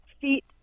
feet